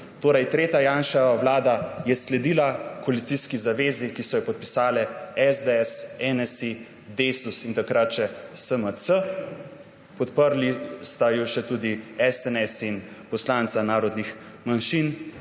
Torej tretja Janševa vlada je sledila koalicijski zavezi, ki so jo podpisali SDS, NSi, Desus in takrat še SMC. Podprli sta ju še tudi SNS in poslanca narodnih manjšin.